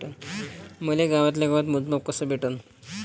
मले गावातल्या गावात मोजमाप कस भेटन?